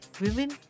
Women